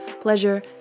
pleasure